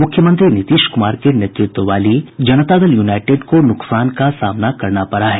मुख्यमंत्री नीतीश कुमार के नेतृत्व वाली पार्टी जनता दल यूनाईटेड को नुकसान का सामना करना पड़ा है